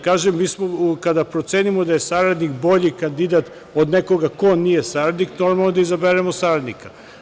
Kada procenimo da je saradnik bolji kandidat od nekoga ko nije saradnik, normalno je da izaberemo saradnika.